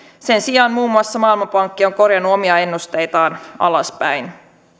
sen sijaan muun muassa maailmanpankki on korjannut omia ennusteitaan alaspäin